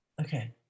okay